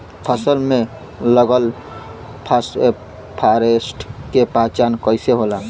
फसल में लगल फारेस्ट के पहचान कइसे होला?